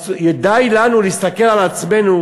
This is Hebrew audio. די לנו להסתכל על עצמנו